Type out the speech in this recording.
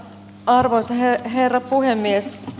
arvoisa herra puhemies